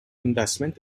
investment